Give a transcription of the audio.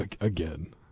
Again